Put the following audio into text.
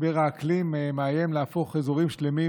משבר האקלים מאיים להפוך אזורים שלמים